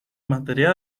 materia